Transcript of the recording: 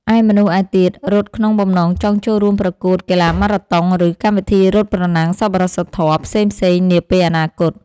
ឯមនុស្សឯទៀតរត់ក្នុងបំណងចង់ចូលរួមប្រកួតកីឡាម៉ារ៉ាតុង ឬកម្មវិធីរត់ប្រណាំងសប្បុរសធម៌ផ្សេងៗនាពេលអនាគត។